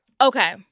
Okay